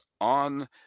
on